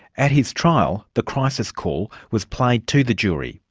at his trial, the crisis call was played to the jury.